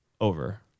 over